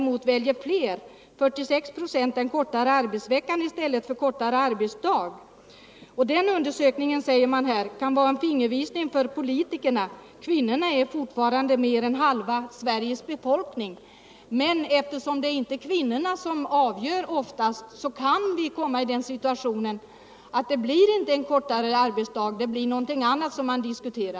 Man säger att denna undersökning kan 28 november 1974 vara en fingervisning för politikerna; kvinnorna utgör fortfarande mer än halva Sveriges befolkning, men eftersom det oftast är männen som Jämställdhet fattar beslut kan vi komma i den situationen att det inte blir någon mellan män och kortare arbetsdag utan någonting annat. kvinnor, m.m.